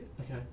Okay